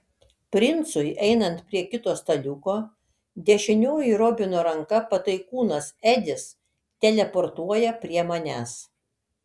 princui einant prie kito staliuko dešinioji robino ranka pataikūnas edis teleportuoja prie manęs